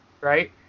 right